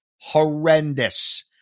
Horrendous